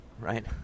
right